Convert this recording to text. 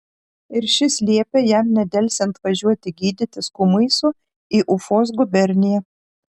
ir šis liepė jam nedelsiant važiuoti gydytis kumysu į ufos guberniją